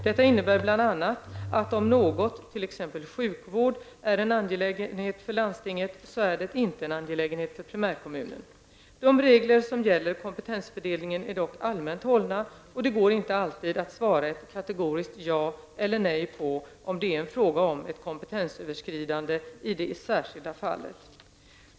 Detta innebär bl.a. att om något, t.ex. sjukvård, är en angelägenhet för landstinget så är det inte en angelägenhet för primärkommunen. De regler som gäller kompetensfördelningen är dock allmänt hållna och det går inte alltid att svara ett kategoriskt ja eller nej på om det är fråga om ett kompetensöverskridande i det särskilda fallet.